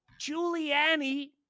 Giuliani